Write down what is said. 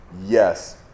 Yes